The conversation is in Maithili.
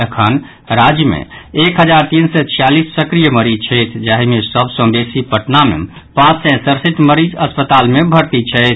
एखन राज्य मे एक हजार तीन सय छियालीस संक्रिय मरीज छथि जाहि मे सभ सँ बेसी पटना मे पांच सय सड़सठि मरीज अस्पताल मे भर्ती छथि